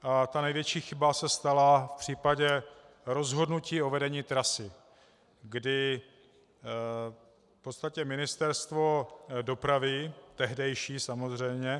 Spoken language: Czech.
A ta první, největší chyba se stala v případě rozhodnutí o vedení trasy, kdy v podstatě Ministerstvo dopravy tehdejší, samozřejmě.